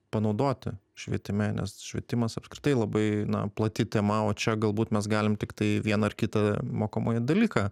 panaudoti švietime nes švietimas apskritai labai na plati tema o čia galbūt mes galim tiktai vieną ar kitą mokomąjį dalyką